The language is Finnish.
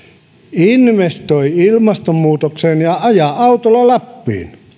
investoi ilmastonmuutokseen ja ajaa autolla lappiin